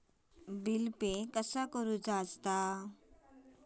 Bill pay कसा करुचा?